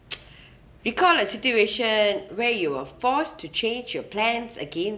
recall a situation where you were forced to change your plans again